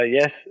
yes